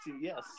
Yes